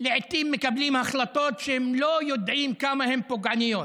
מקבלים לעיתים החלטות שהם לא יודעים כמה הן פוגעניות.